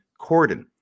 Corden